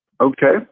Okay